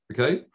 Okay